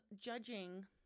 judging